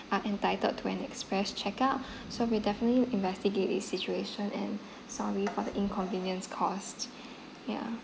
are entitled to an express checkout so we'll definitely investigate this situation and sorry for the inconvenience caused ya